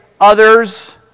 Others